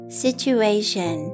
situation